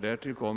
Därtill kom-.